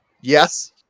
yes